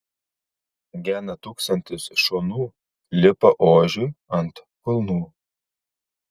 gena tūkstantis šunų lipa ožiui ant kulnų